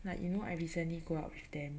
like you know I recently go out with them